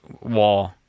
wall